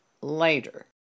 later